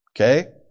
Okay